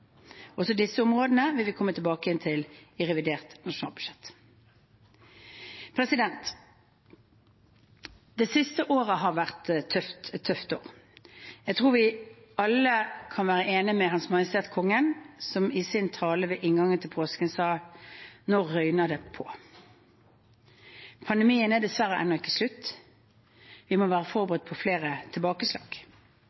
Også disse områdene vil vi komme tilbake til i revidert nasjonalbudsjett. Det siste året har vært et tøft år. Jeg tror vi alle kan være enig i det Hans Majestet Kongen sa i sin tale ved inngangen til påsken: Nå røyner det på. Pandemien er dessverre ennå ikke slutt, og vi må være